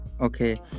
Okay